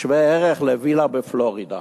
שווה ערך לווילה בפלורידה.